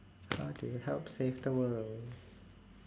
how do you help save the world